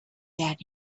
that